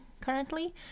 currently